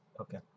Okay